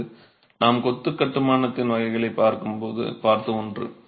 என்பது நாம் கொத்து கட்டுமானத்தின் வகைகளைப் பார்க்கும் போது பார்த்த ஒன்று